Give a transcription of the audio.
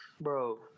bro